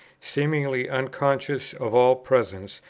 seemingly unconscious of all presences,